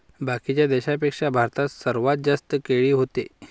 बाकीच्या देशाइंपेक्षा भारतात सर्वात जास्त केळी व्हते